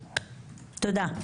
אוקיי, תודה.